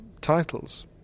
titles